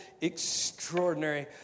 extraordinary